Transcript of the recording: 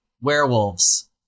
werewolves